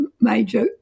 major